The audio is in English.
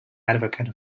advocate